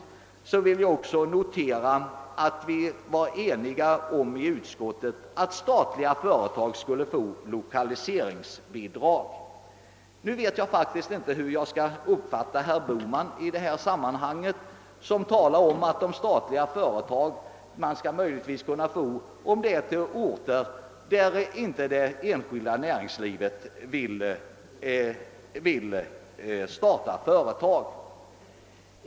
Men jag vill framhålla att vi i utskottet varit eniga om att statliga företag skulle få lokaliseringsbidrag. Jag vet faktiskt inte hur jag skall uppfatta herr Bohmans resonemang när han i detta sammanhang talar om statliga företag. Skall dessa möjligen kunna få lokaliseras till orter där det enskilda näringslivet inte vill starta företag?